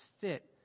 fit